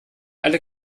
alle